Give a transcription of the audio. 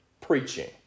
preaching